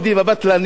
הבטלנים,